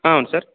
ಹಾಂ ಸರ್